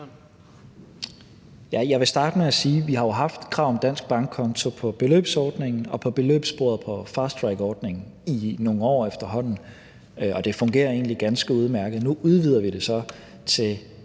Jeg vil starte med at sige, at vi jo har haft krav om dansk bankkonto på beløbsordningen og på beløbssporet på fasttrackordningen i efterhånden nogle år, og det fungerer egentlig ganske udmærket. Nu udvider vi det så til